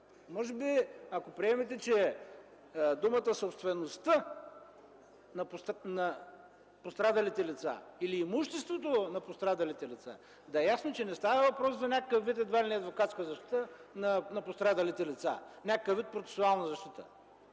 Ако приемете, че думата „собствеността” на пострадалите лица или „имуществото” на пострадалите лица, за да е ясно, че не става въпрос за някакъв вид, едва ли не, адвокатска защита на пострадалите лица, някакъв вид процесуална защита,